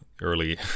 early